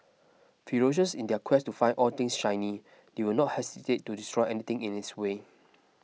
ferocious in their quest to find all things shiny they will not hesitate to destroy anything in its way